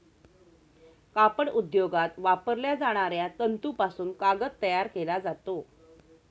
कापड उद्योगात वापरल्या जाणाऱ्या तंतूपासून कागद तयार केला जातो